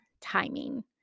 timing